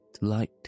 light